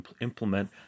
implement